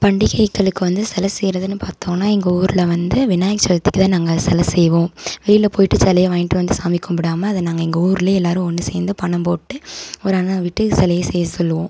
பண்டிகைகளுக்கு வந்து சிலை செய்கிறதுனு பார்த்தோன்னா எங்கள் ஊரில் வந்து விநாயகர் சதுர்த்திக்கு தான் நாங்கள் சிலை செய்வோம் வெளியில் போயிட்டு சிலைய வாங்கிட்டு வந்து சாமி கும்பிடாம அதை நாங்கள் எங்கள் ஊர்லேயே எல்லோரும் ஒன்று சேர்ந்து பணம் போட்டு ஒரு அண்ணனை விட்டு சிலைய செய்ய சொல்லுவோம்